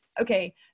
okay